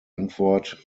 antwort